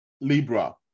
Libra